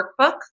workbook